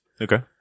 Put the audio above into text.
Okay